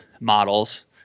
models